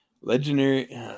Legendary